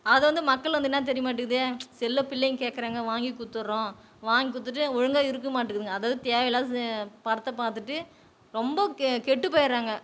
அதை வந்து மக்கள் வந்து என்ன தெரியமாட்டுக்குது செல்லை பிள்ளைங்க கேக்கிறாங்க வாங்கி கொடுத்துட்றோம் வாங்கிக் கொடுத்துட்டு ஒழுங்காக இருக்க மாட்டுக்குதுங்க அதாவது தேவையில்லாத படத்தை பார்த்துட்டு ரொம்ப கெட்டு போயிடுறாங்க